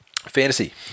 Fantasy